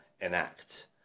enact